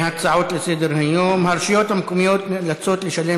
הצעות לסדר-היום: הרשויות המקומיות נאלצות לשלם